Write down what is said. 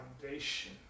foundation